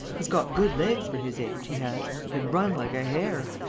he's got good legs for his age, he has. he can run like a hare!